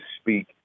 speak